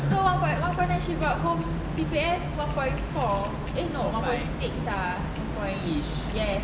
so one one point nine she brought home C_P_F one point four eh one point six ah one point ya ya